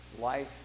life